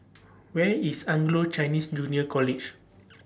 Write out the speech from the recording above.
Where IS Anglo Chinese Junior College